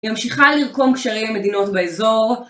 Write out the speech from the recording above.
היא ממשיכה לרקום קשרים עם מדינות באזור.